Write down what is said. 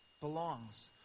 belongs